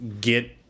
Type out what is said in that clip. get